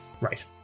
Right